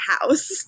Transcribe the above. house